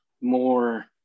more